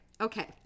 okay